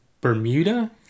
Bermuda